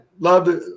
Love